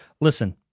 Listen